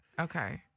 Okay